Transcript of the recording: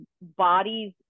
bodies